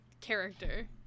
character